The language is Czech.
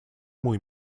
můj